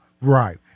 Right